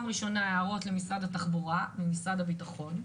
ראשונה הערות למשרד התחבורה ממשרד הביטחון.